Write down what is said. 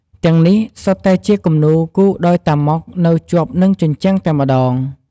ទាំងនេះសុទ្ធតែជាគំនូរគូរដោយតាម៉ុកនៅជាប់នឹងជញ្ជាំងតែម្ដង។